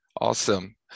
Awesome